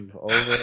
over